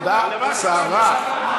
הודעה קצרה.